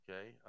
Okay